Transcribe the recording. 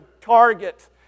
target